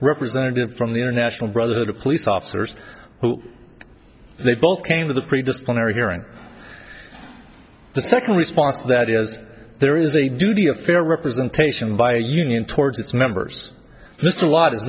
representative from the international brotherhood of police officers who they both came to the pre disciplinary hearing the second response that is there is the duty of fair representation by a union towards its members mr lott is